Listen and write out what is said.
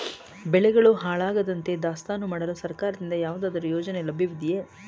ಬೆಳೆಗಳು ಹಾಳಾಗದಂತೆ ದಾಸ್ತಾನು ಮಾಡಲು ಸರ್ಕಾರದಿಂದ ಯಾವುದಾದರು ಯೋಜನೆ ಲಭ್ಯವಿದೆಯೇ?